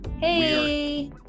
Hey